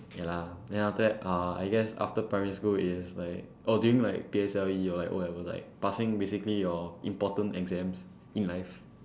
ya lah then after that uh I guess after primary school is like oh during like P_S_L_E or like O levels like passing basically your important exams in life